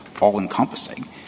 all-encompassing